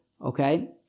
Okay